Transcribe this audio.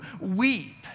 weep